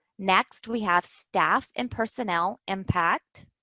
next, we have staff and personnel impact.